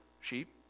sheep